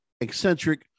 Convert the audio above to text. eccentric